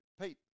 Pete